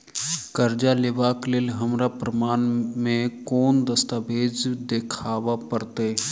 करजा लेबाक लेल हमरा प्रमाण मेँ कोन दस्तावेज देखाबऽ पड़तै?